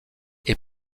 est